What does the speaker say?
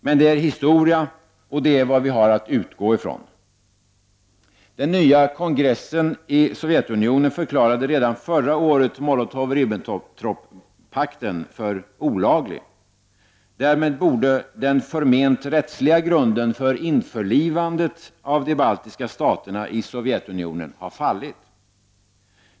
Men det är historia och det är vad vi har att utgå från. Den nya kongressen i Sovjetunionen förklarade redan förra året Molotov —Ribbeltrop-pakten för olaglig. Därmed borde den förment rättsliga grunden för införlivandet av de baltiska staterna med Sovjetunionen ha fallit.